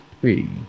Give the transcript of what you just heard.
three